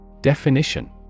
Definition